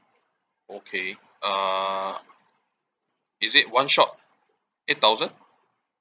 okay uh is it one shot eight thousand